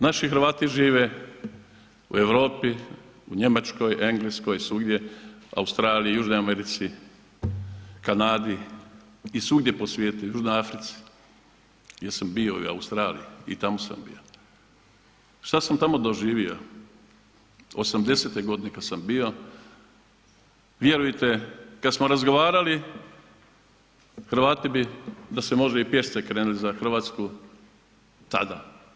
Naši Hrvati žive u Europi, u Njemačkoj, Engleskoj, svugdje, Australiji, Južnoj Americi, Kanadi i svugdje po svijetu i u Južnoj Africi, ja sam bio i u Australiji, i tamo sam bio, šta sam tamo doživio, '80.-te godine kad sam bio vjerujte kad smo razgovarali Hrvati bi da se može i pješice krenuli za Hrvatsku tada.